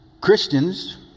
Christians